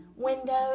windows